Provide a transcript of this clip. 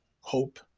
hope